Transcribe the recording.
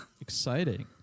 exciting